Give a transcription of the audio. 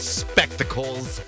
spectacles